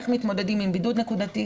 איך מתמודדים עם בידוד נקודתי,